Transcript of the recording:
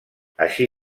així